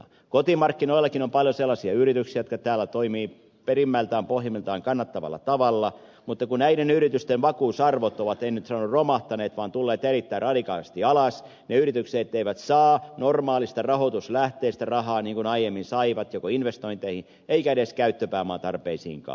kotimarkkinoillakin on paljon sellaisia yrityksiä jotka täällä toimivat perimmältään pohjimmiltaan kannattavalla tavalla mutta kun näiden yritysten vakuusarvot ovat en nyt sano romahtaneet mutta tulleet erittäin radikaalisti alas ne yritykset eivät saa normaalista rahoituslähteestä rahaa niin kuin aiemmin saivat joko investointeihin tai edes käyttöpääomatarpeisiinkaan